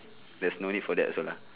there's no need for that also lah